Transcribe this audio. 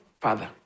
father